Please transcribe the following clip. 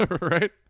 right